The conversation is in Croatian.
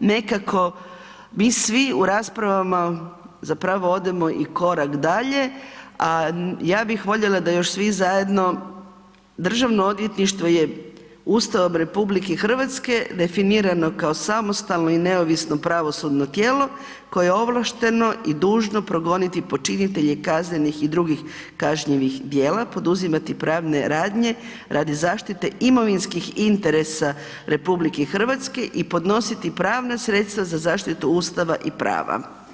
nekako mi smo u raspravama zapravo odemo i korak dalje a ja bih voljela da još svi zajedno, Državno odvjetništvo je Ustavom RH definirano kao samostalno i neovisno pravosudno tijelo koje je ovlašteno i dužno progoniti počinitelje kaznenih i drugih kažnjivih djela, poduzimati pravne radnje radi zaštite imovinskih interesa RH i podnositi pravna sredstva za zaštitu Ustava i prava.